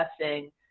testing